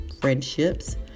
friendships